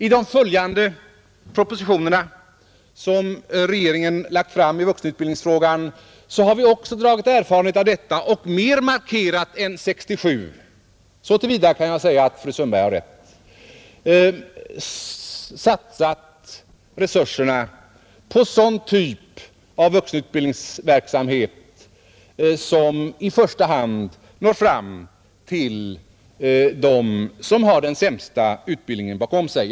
I de följande propositionerna som regeringen lagt fram i vuxenutbildningsfrågan har vi också dragit erfarenhet av detta och mer markerat än 1967 — så till vida kan jag säga att fru Sundberg har rätt — satsat resurserna på sådan typ av vuxenutbildningsverksamhet som i första hand når fram till dem som har den sämsta utbildningen bakom sig.